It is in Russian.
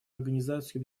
организацию